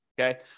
Okay